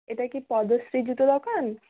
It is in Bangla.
এটা কি পদশ্রী জুতো দোকান